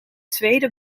tweede